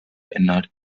ändert